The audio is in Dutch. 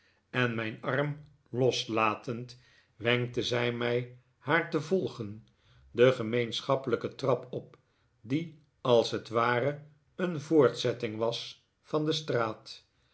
en mijn arm loslatend wenkte zij mij haar te volgen de gemeenschappelijke tran op die als het ware een voortzetting was van de straat